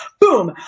Boom